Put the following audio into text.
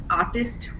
artist